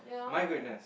mine good enough